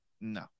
No